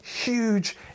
huge